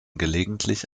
gelegentlich